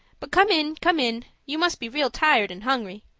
but come in, come in. you must be real tired and hungry.